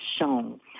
shown